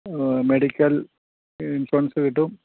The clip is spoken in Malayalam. മെഡിക്കൽ ഇൻഷുറൻസ് കിട്ടും